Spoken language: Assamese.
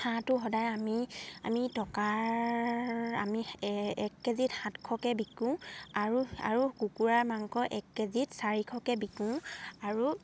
হাঁহটো সদায় আমি আমি টকাৰ আমি এক কেজিত সাতশকে বিকো আৰু আৰু কুকুুৰাৰ মাংস এক কেজিত চাৰিশকে বিকো আৰু